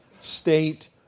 state